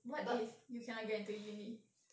what if you cannot get into uni